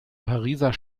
pariser